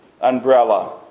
umbrella